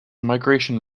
migration